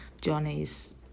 Johnny's